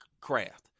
craft